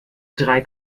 drei